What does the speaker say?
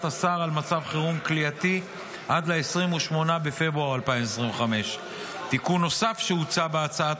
השר על מצב חירום כליאתי עד ל-28 בפברואר 2025. תיקון נוסף שהוצע בהצעת